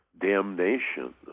damnation